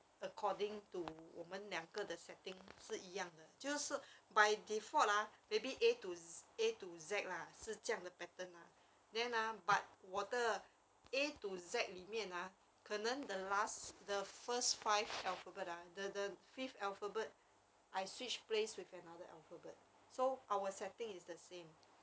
according to 我们两个的 setting 是一样的就是 by default ah maybe A to A to Z lah 是这样的 pattern lah then ah but 我的 A to Z 里面 ah 可能 the last the first five alphabets ah the the fifth alphabet I switch place with another alphabet so our setting is the same